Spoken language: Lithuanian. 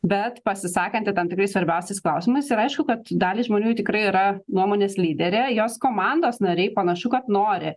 bet pasisakanti tam tikrais svarbiausiais klausimas ir aišku kad daliai žmonių tikrai yra nuomonės lyderė jos komandos nariai panašu kad nori